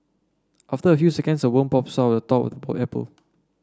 after a few seconds a worm pops out the top apple